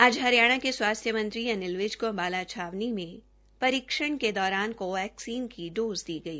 आज हिरयाणा के स्वास्थ्य मंत्री अनिल विज को अम्बाला छावनी में परीक्षण में परीक्षण के दौरन कोवाक्सीन की डॉज़ दी गई